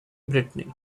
brittany